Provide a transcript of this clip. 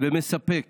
ומספק